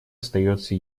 остается